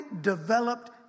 developed